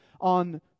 on